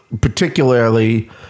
particularly